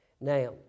Now